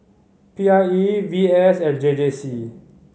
P I E V S and J J C